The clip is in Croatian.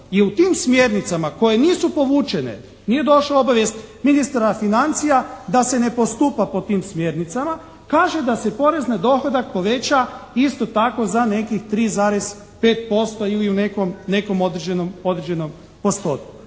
je u tim smjernicama koje nisu povućene nije došla obavijest Ministra financija da se ne postupa po tim smjernicama kaže da se porez na dohodak poveća isto tako za nekih 3,5% ili u nekom određenom postotku.